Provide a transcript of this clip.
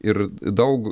ir daug